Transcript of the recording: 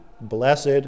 blessed